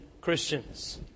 Christians